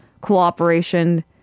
Cooperation